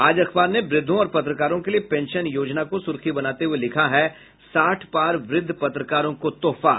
आज अखबार ने वृद्धों और पत्रकारों के लिए पेंशन योजना को सुर्खी बनाते हुए लिखा है साठ पार वृद्ध पत्रकारों को तोहफा